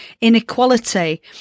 inequality